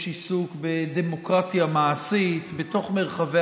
יש עיסוק בדמוקרטיה מעשית בתוך מרחבי